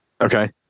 Okay